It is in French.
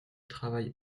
travaille